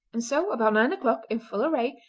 and so, about nine o'clock, in full array,